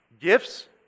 Gifts